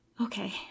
Okay